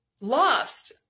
lost